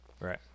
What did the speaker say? Right